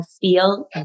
feel